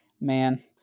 Man